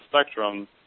spectrum